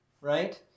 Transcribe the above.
right